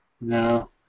No